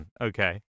okay